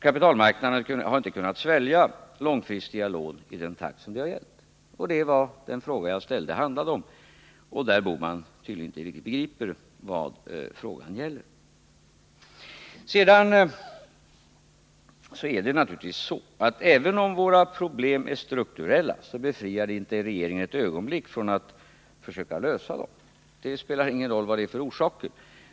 Kapitalmarknaden har inte kunnat svälja långfristiga lån i den takt som det har gällt. Det är vad den fråga jag ställde handlar om, men Gösta Bohman begriper tydligen inte riktigt vad den gäller. Även om våra problem är strukturella, befriar det naturligtvis inte regeringen ett ögonblick från att försöka lösa dem. Det spelar ingen roll vad | de har för orsaker.